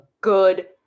good